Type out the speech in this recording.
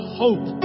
hope